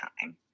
time